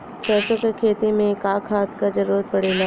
सरसो के खेती में का खाद क जरूरत पड़ेला?